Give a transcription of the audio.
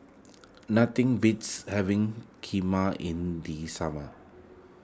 nothing beats having Kheema in the summer